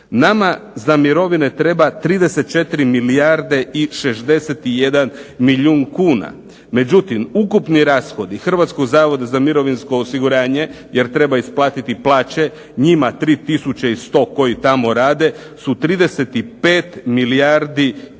nama za mirovine treba 34milijarde i 61 milijun kuna, međutim, ukupni rashodi Hrvatskog zavoda za mirovinsko osiguranje jer treba isplatiti plaće, njima 3 tisuće i 100 koji tamo rade u 35 milijardi i